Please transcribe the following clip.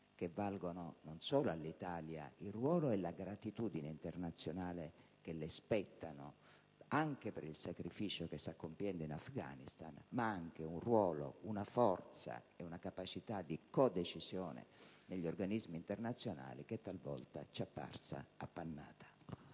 che valgano non solo all'Italia il ruolo e la gratitudine internazionale che le spettano, anche per il sacrificio che sta compiendo in Afghanistan, ma anche un ruolo, una forza e una capacità di codecisione negli organismi internazionali, che talvolta ci è apparsa appannata.